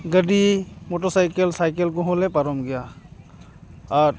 ᱜᱟᱹᱰᱤ ᱢᱚᱴᱚᱨᱥᱟᱭᱠᱮ ᱥᱟᱭᱠᱮᱞ ᱠᱚᱦᱚᱸ ᱞᱮ ᱯᱟᱨᱚᱢ ᱜᱮᱭᱟ ᱟᱨ